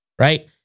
right